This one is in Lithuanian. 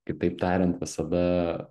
kitaip tariant visada